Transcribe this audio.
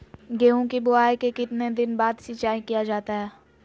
गेंहू की बोआई के कितने दिन बाद सिंचाई किया जाता है?